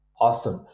Awesome